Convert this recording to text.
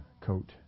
coat